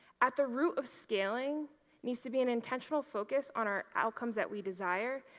at the root of scaling needs to be an intentional focus on our outcomes that we desire,